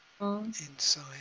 inside